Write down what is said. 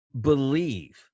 believe